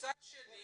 מצד שני,